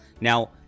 Now